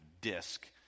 disc